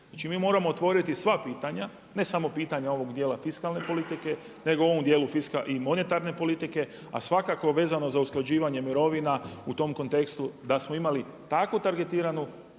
Znači mi moramo otvoriti sva pitanja, ne samo pitanja ovog dijela fiskalne politike, nego u ovom dijelu i monetarne politike, a svakako vezano za usklađivanje mirovina, u tom kontekstu da smo imali takvu targetiranu,